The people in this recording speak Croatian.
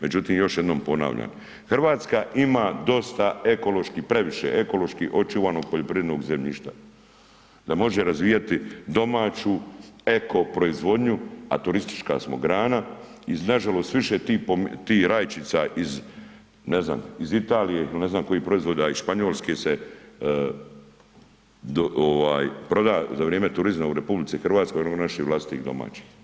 Međutim, još jednom ponavljam Hrvatska ima dosta ekološki previše, ekološki očuvanog poljoprivrednog zemljišta da može razvijati domaću eko proizvodnju, a turistička smo grana iz nažalost više tih rajčica iz ne znam iz Italije il ne znam kojih proizvoda iz Španjolske se ovaj proda za vrijeme turizma u RH nego naših vlastitih domaćih.